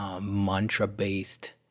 mantra-based